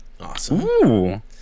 awesome